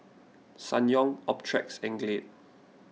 Ssangyong Optrex and Glade